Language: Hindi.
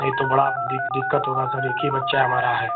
नहीं तो बड़ा दिक्कत होगा सर एक ही बच्चा हमारा है